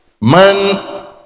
Man